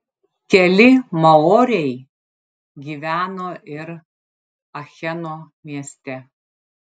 keli maoriai gyveno ir acheno mieste